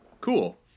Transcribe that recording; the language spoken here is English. cool